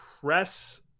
press